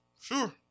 Sure